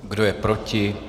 Kdo je proti?